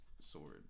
sword